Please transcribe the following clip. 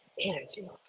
energy